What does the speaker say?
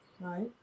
Right